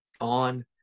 on